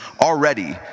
already